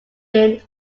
meaning